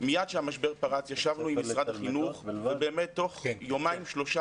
מיד כשהמשבר פרץ ישבנו עם משרד החינוך ובאמת תוך יומיים-שלושה